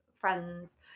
friends